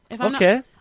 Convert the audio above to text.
okay